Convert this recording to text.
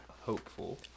Hopeful